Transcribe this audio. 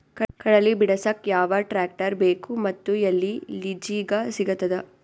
ಕಡಲಿ ಬಿಡಸಕ್ ಯಾವ ಟ್ರ್ಯಾಕ್ಟರ್ ಬೇಕು ಮತ್ತು ಎಲ್ಲಿ ಲಿಜೀಗ ಸಿಗತದ?